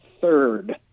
third